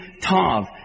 Tav